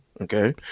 Okay